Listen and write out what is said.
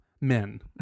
men